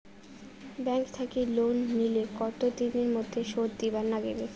Bank থাকি loan নিলে কতো দিনের মধ্যে শোধ দিবার নাগিবে?